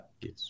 Yes